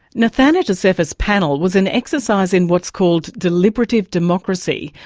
nethanet essefa's panel was an exercise in what's called deliberative democracy,